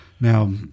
Now